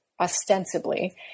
ostensibly